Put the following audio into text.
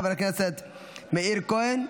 חבר הכנסת מאיר כהן,